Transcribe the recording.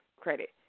credit